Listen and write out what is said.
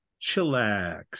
chillax